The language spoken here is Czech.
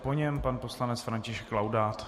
Po něm pan poslanec František Laudát.